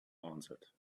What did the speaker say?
answered